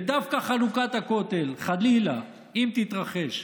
ודווקא חלוקת הכותל, חלילה, אם תתרחש,